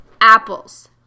Apples